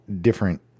different